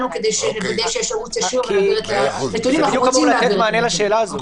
לתת מענה לשאלה הזאת.